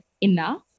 enough